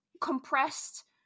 compressed